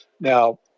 Now